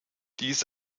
dies